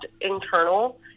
internal